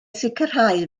sicrhau